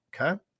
Okay